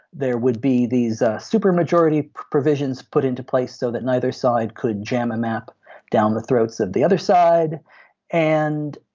there would be these supermajority provisions put into place so that neither side could jam a map down the throats of the other side and